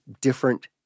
different